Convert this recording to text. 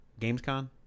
Gamescon